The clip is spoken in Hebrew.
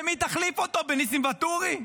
במי תחליף אותו, בניסים ואטורי?